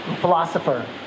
philosopher